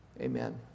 amen